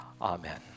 Amen